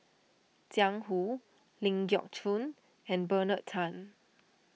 Jiang Hu Ling Geok Choon and Bernard Tan